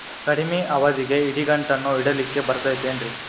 ಕಡಮಿ ಅವಧಿಗೆ ಇಡಿಗಂಟನ್ನು ಇಡಲಿಕ್ಕೆ ಬರತೈತೇನ್ರೇ?